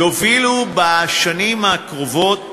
יובילו בשנים הקרובות